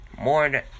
more